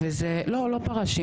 לא, לא פרשים.